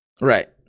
Right